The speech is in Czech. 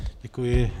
Děkuji.